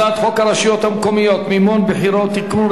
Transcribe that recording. הצעת חוק הרשויות המקומיות (מימון בחירות) (תיקון,